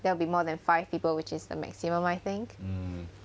that will be more than five people which is the maximum I think